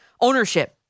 ownership